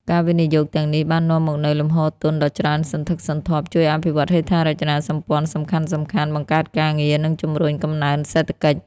ការវិនិយោគទាំងនេះបាននាំមកនូវលំហូរទុនដ៏ច្រើនសន្ធឹកសន្ធាប់ ជួយអភិវឌ្ឍហេដ្ឋារចនាសម្ព័ន្ធសំខាន់ៗ បង្កើតការងារ និងជំរុញកំណើនសេដ្ឋកិច្ច។